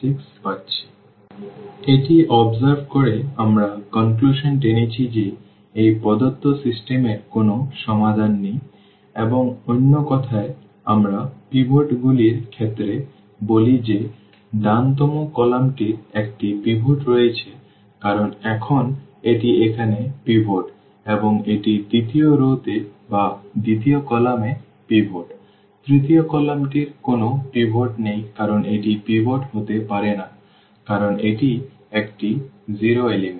সুতরাং এটি পর্যবেক্ষণ করে আমরা উপসংহার টেনেছি যে এই প্রদত্ত সিস্টেম এর কোনো সমাধান নেই এবং অন্য কথায় আমরা পিভট গুলির ক্ষেত্রে বলি যে ডান তম কলামটির একটি পিভট রয়েছে কারণ এখন এটি এখানে পিভট এবং এটি দ্বিতীয় রওতে বা দ্বিতীয় কলাম এ পিভট তৃতীয় কলামটির কোনও পিভট নেই কারণ এটি পিভট হতে পারে না কারণ এটি একটি 0 উপাদান